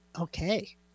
Okay